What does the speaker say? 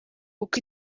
uko